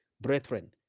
Brethren